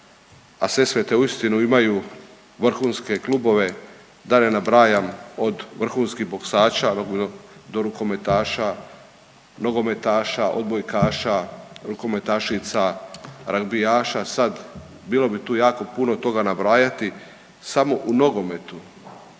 a Sesvete uistinu imaju vrhunske klubove, da ne nabrajam od vrhunskih boksača do rukometaša, nogometaša, odbojkaša, rukometašica, ragbijaša. Sad bilo bi tu jako puno toga nabrajati. Samo u nogometu